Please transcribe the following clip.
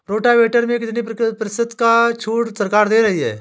Rotavator में कितनी प्रतिशत का छूट सरकार दे रही है?